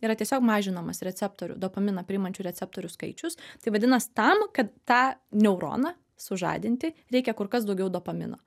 yra tiesiog mažinamas receptorių dopaminą priimančių receptorių skaičius tai vadinas tam kad tą neuroną sužadinti reikia kur kas daugiau dopamino